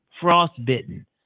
frostbitten